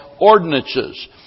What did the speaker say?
ordinances